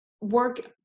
work